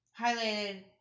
highlighted